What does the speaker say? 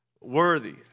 worthy